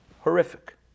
horrific